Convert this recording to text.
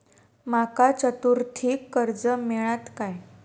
माका चतुर्थीक कर्ज मेळात काय?